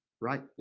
right